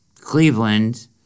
Cleveland